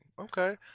Okay